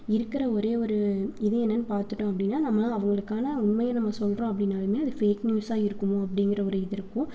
இருக்கிற ஒரே ஒரு இது என்னென்னு பார்த்துட்டோம் அப்படினா நம்மளால் அவங்களுக்கான உண்மையை நம்ம சொல்கிறோம் அப்படினாலுமே அது ஃபேக் நியூசாக இருக்குமோ அப்படிங்குற ஒரு இது இருக்கும்